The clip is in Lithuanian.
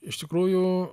iš tikrųjų